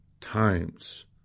times